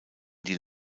die